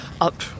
up